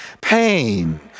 pain